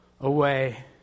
away